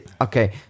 okay